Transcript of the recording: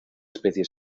especie